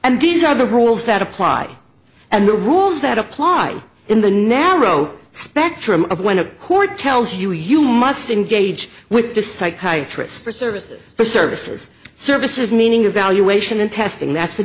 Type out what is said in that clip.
and these are the rules that apply and the rules that apply in the narrow spectrum of when a court tells you you must engage with the psychiatry services for services services meaning evaluation and testing that's the